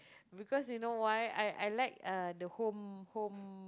because you know why I I like uh the home home